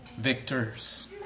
Victors